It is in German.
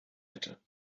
hätte